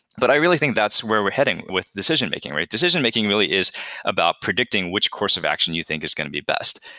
but i really think that's where we're heading with decision-making, right? decision-making really is about predicting which course of action you think is going to be best.